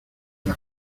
las